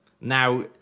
Now